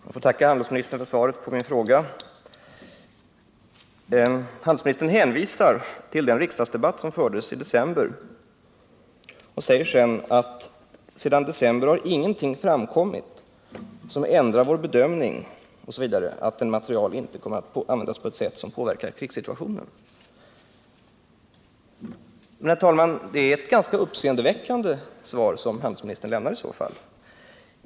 Herr talman! Jag får tacka handelsministern för svaret på min fråga. Handelsministern hänvisar till den riksdagsdebatt som fördes i december och säger: ”Sedan dess har ingenting framkommit som ändrar vår bedömning att den materiel för vilken licens beviljades inte kan komma att användas på ett sätt som påverkar den rådande krissituationen.” Men, herr talman, det är i så fall ett ganska uppseendeväckande svar som handelsministern lämnar.